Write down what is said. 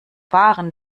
wahren